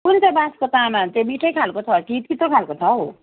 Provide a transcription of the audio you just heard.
कुन चाहिँ बाँसको तामाहरू चाहिँ मिठै खालको छ कि तितो खालको छ हौ